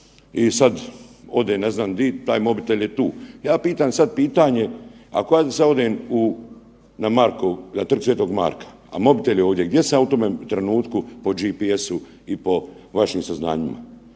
i sad odem ne znam di, taj mobitel je tu. Ja pitam sad pitanje ako ja sad odem na Trg Sv. Marka, a mobitel je ovdje, gdje sam ja u tome trenutku po GPS-u i po vašim saznanjima?